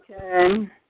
Okay